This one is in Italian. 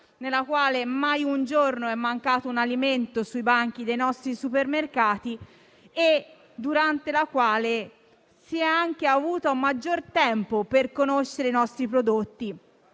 nella quale mai un giorno è mancato un alimento sui banchi dei nostri supermercati e durante la quale si è avuto maggior tempo per conoscere i nostri prodotti.